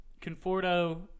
Conforto